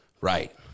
Right